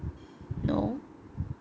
no